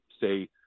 say